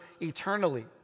eternally